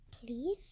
please